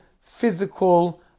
physical